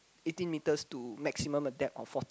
eighteen meters to maximum a depth or fourth